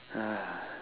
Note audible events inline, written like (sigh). (noise)